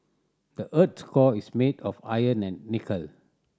the earth's core is made of iron and nickel